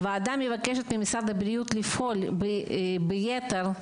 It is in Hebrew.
הוועדה מבקשת ממשרד הבריאות לפעול ביתר שאת,